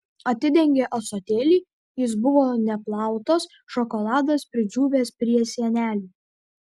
atidengė ąsotėlį jis buvo neplautas šokoladas pridžiūvęs prie sienelių